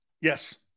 Yes